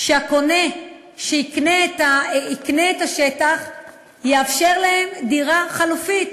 שהקונה שיקנה את השטח יאפשר להם דירה חלופית,